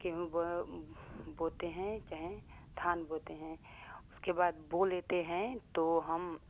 गेहूँ बोते हैं चाहे धान बोते हैं उसके बाद बो देते हैं तो हम